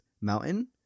mountain